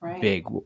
big